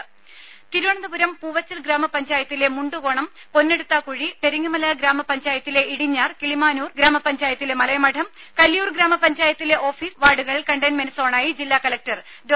ദ്രദ തിരുവനന്തപുരം പൂവച്ചൽ ഗ്രാമ പഞ്ചായത്തിലെ മുണ്ടുകോണം പൊന്നെടുത്താക്കുഴി പെരിങ്ങമല ഗ്രാമ പഞ്ചായത്തിലെ ഇടിഞ്ഞാർ കിളിമാനൂർ ഗ്രാമപഞ്ചായത്തിലെ മലയമഠം കല്ലിയൂർ ഗ്രാമപഞ്ചായത്തിലെ ഓഫീസ് വാർഡുകൾ കണ്ടെയിൻമെന്റ് സോണായി ജില്ലാ കലക്ടർ ഡോ